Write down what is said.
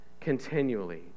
Continually